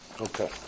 Okay